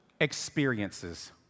experiences